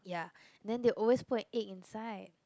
ya then they always put an egg inside